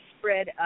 spread